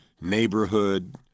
neighborhood